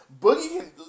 Boogie